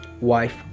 wife